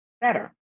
better